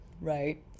Right